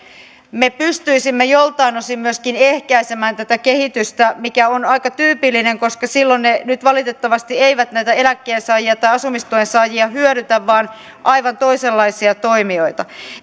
me pystyisimme joiltain osin myöskin ehkäisemään tätä kehitystä mikä on aika tyypillinen koska silloin ne nyt valitettavasti eivät näitä eläkkeensaajia tai asumistuen saajia hyödytä vaan aivan toisenlaisia toimijoita